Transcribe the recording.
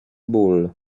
ból